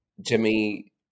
Jimmy